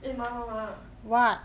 eh ma ma ma